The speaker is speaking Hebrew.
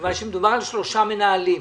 מכיוון שמדובר על שלושה מנהלים.